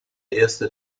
erste